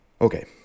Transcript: okay